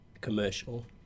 commercial